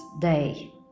day